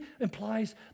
implies